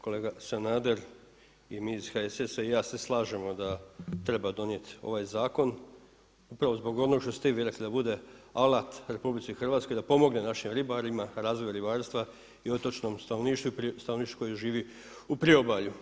Kolega Sanader i mi iz HSS-a i ja se slažemo da treba donijeti ovaj zakon upravo zbog onog što ste i vi rekli, da bude alat RH, da pomogne našim ribarima, razvoju ribarstva i otočnom stanovništvu i stanovništvu koje živi u priobalju.